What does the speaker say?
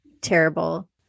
terrible